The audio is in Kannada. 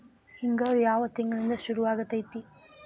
ಹಿಂಗಾರು ಯಾವ ತಿಂಗಳಿನಿಂದ ಶುರುವಾಗತೈತಿ?